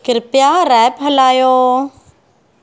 कृपया रैप हलायो